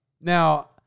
Now